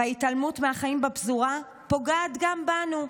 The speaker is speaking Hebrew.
וההתעלמות מהחיים בפזורה פוגעת גם בנו.